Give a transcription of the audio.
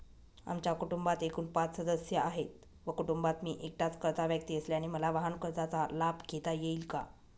आमच्या कुटुंबात एकूण पाच सदस्य आहेत व कुटुंबात मी एकटाच कर्ता व्यक्ती असल्याने मला वाहनकर्जाचा लाभ घेता येईल का?